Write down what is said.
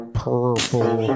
purple